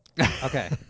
Okay